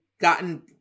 gotten